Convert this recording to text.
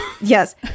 Yes